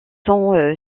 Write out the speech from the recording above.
son